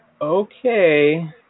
Okay